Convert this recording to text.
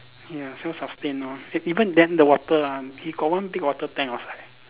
ya self sustain ah eve~ even them the water ah he got one big water tank outside